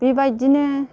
बेबायदिनो